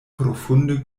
profunde